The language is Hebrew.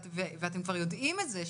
ואתם כבר יודעים את זה,